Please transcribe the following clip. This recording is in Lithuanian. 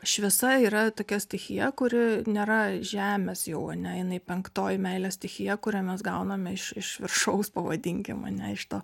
šviesa yra tokia stichija kuri nėra žemės jau ane jinai penktoji meilės stichija kurią mes gauname iš iš viršaus pavadinkim ane iš to